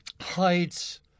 hides